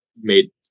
made